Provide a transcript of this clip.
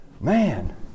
man